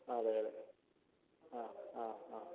അതെ അതെ ആ ആ ആ